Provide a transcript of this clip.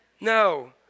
no